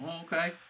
okay